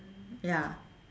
ya